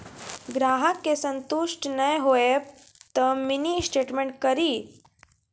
ग्राहक के संतुष्ट ने होयब ते मिनि स्टेटमेन कारी?